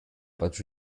but